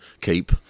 keep